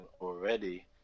already